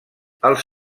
els